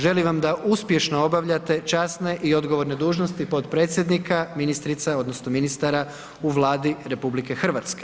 Želim vam da uspješno obavljate časne i odgovorne dužnosti potpredsjednika, ministrica odnosno ministara u Vladi RH.